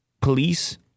police